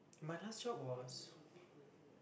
my last job was